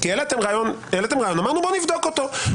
כי העליתם רעיון ואמרנו: בוא נבדוק אותו,